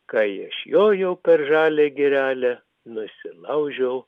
kai aš jojau per žalią girelę nusilaužiau